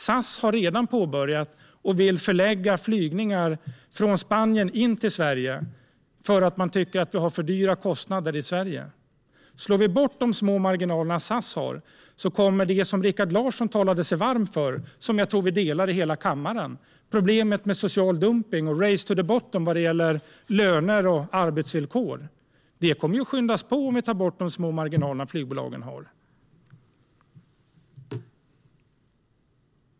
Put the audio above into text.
SAS har redan påbörjat och vill förlägga flygningar från Spanien in till Sverige eftersom man tycker att det är för dyra kostnader i Sverige. Om vi slår bort de små marginaler som SAS har kommer det som Rikard Larsson talade sig varm för, som jag tror att hela kammaren instämmer i, nämligen problemet med social dumpning och race to the bottom vad gäller löner och arbetsvillkor, att skyndas på. Herr talman!